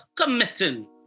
committing